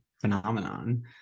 phenomenon